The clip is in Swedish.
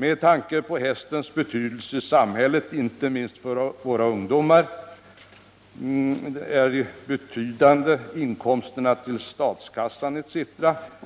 Med tanke på hästens betydelse i samhället, inte minst för våra ungdomar, och de betydande inkomsterna till statskassan,